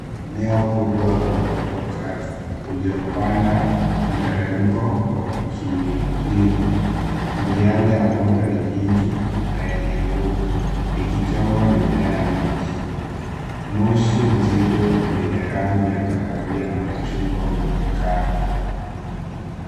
Eneo kubwa la moto mkali uliopanda mteremko wa kilima. Miale ya moto ni mingi na yenye nguvu, ikichoma mimea ya miti. Moshi mzito wenye rangi ya kahawia na machungwa unaonekana.